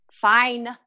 fine